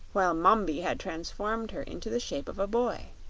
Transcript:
while mombi had transformed her into the shape of a boy.